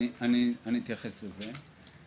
אני אתייחס לזה.